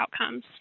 outcomes